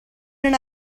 non